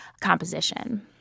composition